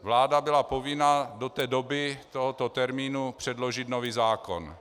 Vláda byla povinna do doby tohoto termínu předložit nový zákon.